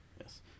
Yes